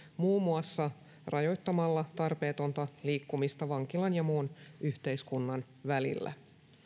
muun muassa rajoittamalla tarpeetonta liikkumista vankilan ja muun yhteiskunnan välillä